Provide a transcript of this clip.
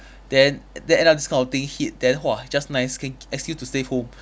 then then end up this kind of thing hit then !whoa! just nice can excuse to stay home